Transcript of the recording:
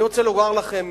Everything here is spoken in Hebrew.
אני רוצה לומר לכם,